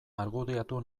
argudiatu